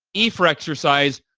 e for exercise,